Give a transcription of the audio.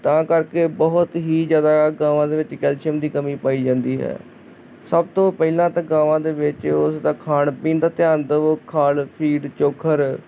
ਤਾਂ ਕਰਕੇ ਬਹੁਤ ਹੀ ਜ਼ਿਆਦਾ ਗਾਵਾਂ ਦੇ ਵਿੱਚ ਕੈਲਸ਼ੀਅਮ ਦੀ ਕਮੀ ਪਾਈ ਜਾਂਦੀ ਹੈ ਸਭ ਤੋਂ ਪਹਿਲਾਂ ਤਾਂ ਗਾਵਾਂ ਦੇ ਵਿੱਚ ਉਸ ਦਾ ਖਾਣ ਪੀਣ ਦਾ ਧਿਆਨ ਦੇਵੋ ਖਾਣ ਪੀਣ ਫੀਡ ਚੋਕਰ